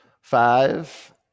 five